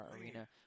arena